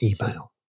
email